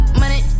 money